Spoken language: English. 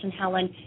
Helen